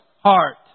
heart